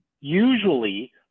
usually